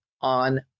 on